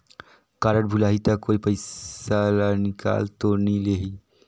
Card भुलाही ता कोई पईसा ला निकाल तो नि लेही?